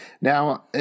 Now